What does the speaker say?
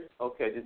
Okay